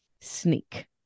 sneak